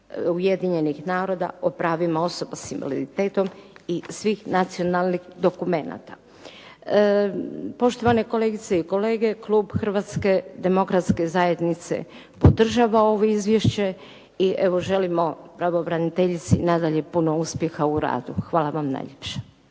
Ujedinjenih naroda o pravima osoba sa invaliditetom i svih nacionalnih dokumenata. Poštovane kolegice i kolega klub Hrvatske demokratske zajednice podržava ovo izvješće i evo želimo pravobraniteljici nadalje puno uspjeha u radu. Hvala vam najljepša.